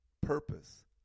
purpose